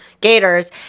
Gators